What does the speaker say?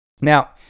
Now